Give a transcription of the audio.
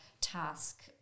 task